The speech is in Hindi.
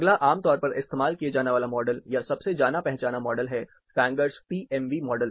अगला आमतौर पर इस्तेमाल किया जाने वाला मॉडल या सबसे जाना पहचाना मॉडल है फैंगर्स पीएमवी मॉडल